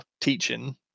teaching